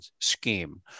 scheme